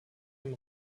dem